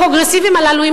הפרוגרסיביים הללו,